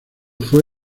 fue